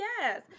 yes